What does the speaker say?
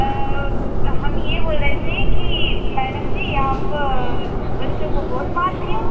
हम यह बोल रहे थे कि मैडम जी आप बच्चों को बहुत मारती हो